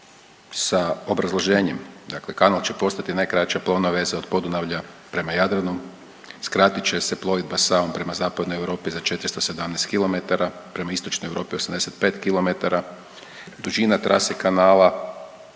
Sa obrazloženjem, dakle kanal će postati najkraća plovna veza od Podunavlja prema Jadranu, skratit će se plovidba Savom prema zapadnoj Europi za 417 km, prema istočnoj Europi 85 km, dužina trase kanala